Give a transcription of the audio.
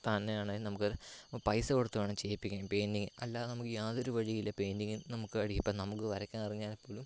തന്നെയാണേൽ നമുക്ക് അറിയാം ഇപ്പോൾ പൈസ കൊടുത്തു വേണം ചെയ്യിപ്പിക്കാൻ പെയിൻറിംഗ് അല്ലാതെ നമുക്ക് യാതൊരു വഴിയില്ല പെയിൻറിംഗ് നമുക്ക് അടി ഇപ്പോൾ നമുക്ക് വരയ്ക്കാൻ അറിഞ്ഞാൽ പോലും